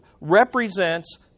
represents